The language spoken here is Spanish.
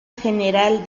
general